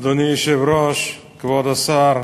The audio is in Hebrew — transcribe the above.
אדוני היושב-ראש, כבוד השר,